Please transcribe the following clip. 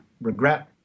regret